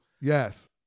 Yes